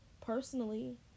Personally